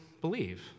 believe